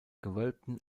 gewölbten